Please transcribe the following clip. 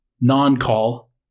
non-call